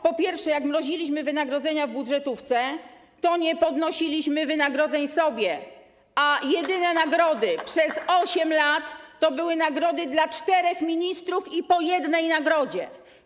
Po pierwsze, jak mroziliśmy wynagrodzenia w budżetówce, to nie podnosiliśmy wynagrodzeń sobie, a jedyne nagrody przez 8 lat to były nagrody dla czterech ministrów, i to po jednej nagrodzie.